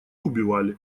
убивали